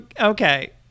okay